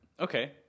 Okay